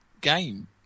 game